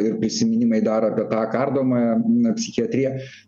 ir prisiminimai dar apie ką kardomąją psichiatriją